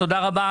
תודה רבה.